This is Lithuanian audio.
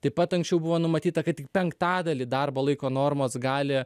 taip pat anksčiau buvo numatyta kad tik penktadalį darbo laiko normos gali